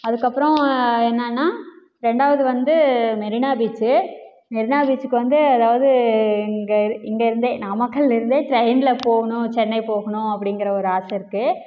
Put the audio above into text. அதுக்கப்புறம் என்னென்னா ரெண்டாவது வந்து மெரினா பீச்சு மெரினா பீச்சுக்கு வந்து அதாவது இங்கே இங்கே இருந்து நாமக்கலில் இருந்து ட்ரெயினில் போகணும் சென்னை போகணும் அப்படிங்கிற ஒரு ஆசை இருக்குது